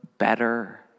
better